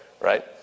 right